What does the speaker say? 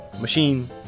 machine